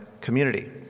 community